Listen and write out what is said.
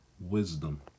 wisdom